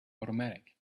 automatic